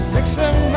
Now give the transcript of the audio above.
Mixing